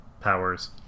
powers